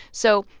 so,